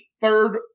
third